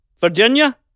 Virginia